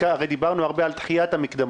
בעיקר דיברנו הרבה על דחיית המקדמות.